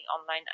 online